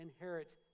inherit